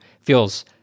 feels